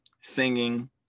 singing